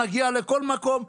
נגיע לכל מקום,